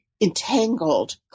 entangled